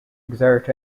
exert